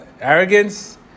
Arrogance